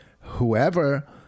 whoever